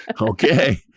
okay